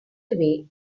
away